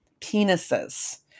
penises